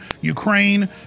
Ukraine